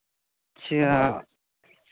ᱦᱮᱸ